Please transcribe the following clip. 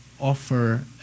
offer